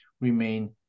remain